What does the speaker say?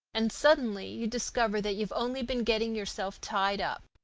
and suddenly you discover that you've only been getting yourself tied up.